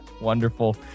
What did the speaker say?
Wonderful